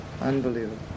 unbelievable